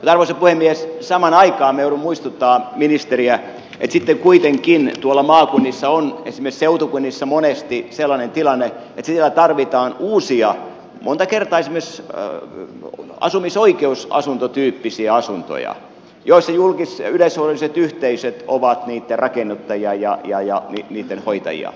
mutta arvoisa puhemies samaan aikaan minä joudun muistuttamaan ministeriä että sitten kuitenkin tuolla maakunnissa on esimerkiksi seutukunnissa monesti sellainen tilanne että siellä tarvitaan uusia monta kertaa esimerkiksi asumisoikeustyyppisiä asuntoja joiden rakennuttajia ja hoitajia ovat julkis ja yleishyödylliset yhteisöt